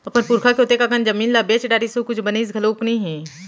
अपन पुरखा के ओतेक अकन जमीन ल बेच डारिस अउ कुछ बनइस घलोक नइ हे